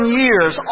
years